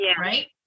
right